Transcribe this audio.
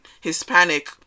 Hispanic